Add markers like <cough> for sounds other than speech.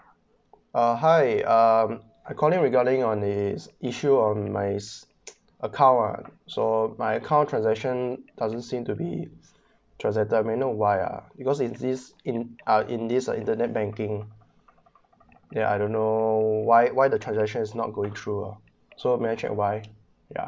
uh hi um I calling regarding on the issue on my sav~ <noise> account uh so my accout transaction doesn't seem to be trasacted may I know why uh because in this in uh in this uh internet banking ya I don't know why why the transaction is not going through uh so may I check why ya